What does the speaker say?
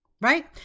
Right